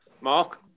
Mark